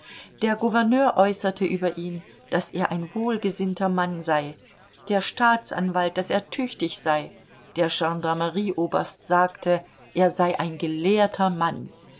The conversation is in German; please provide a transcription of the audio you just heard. der gouverneur äußerte über ihn daß er ein wohlgesinnter mann sei der staatsanwalt daß er tüchtig sei der gendarmerieoberst sagte er sei ein gelehrter mann